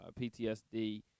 PTSD